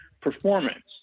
performance